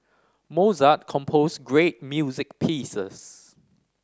Mozart composed great music pieces